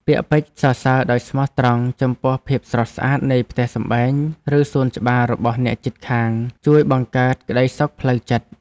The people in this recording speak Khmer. ពាក្យពេចន៍សរសើរដោយស្មោះត្រង់ចំពោះភាពស្រស់ស្អាតនៃផ្ទះសម្បែងឬសួនច្បាររបស់អ្នកជិតខាងជួយបង្កើតក្តីសុខផ្លូវចិត្ត។